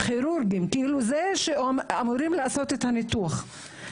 כירורגים, אלה שאמורים לעשות את הניתוחים.